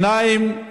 דבר שני,